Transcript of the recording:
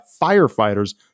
firefighters